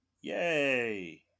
yay